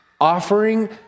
offering